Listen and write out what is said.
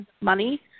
money